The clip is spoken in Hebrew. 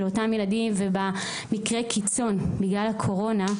אותם ילדים ובמקרה קיצון בגלל הקורונה,